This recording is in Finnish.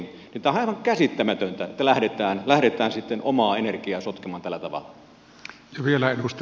tämähän on aivan käsittämätöntä että lähdetään sitten omaa energiaa sotkemaan tällä tavalla